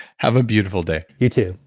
have a beautiful day you too.